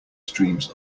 streams